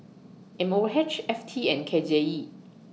M O H F T and K J E